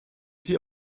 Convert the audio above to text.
sie